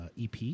EP